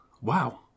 Wow